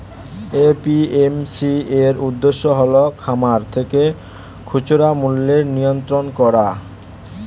APMC এর উদ্দেশ্য হল খামার থেকে খুচরা মূল্যের নিয়ন্ত্রণ করা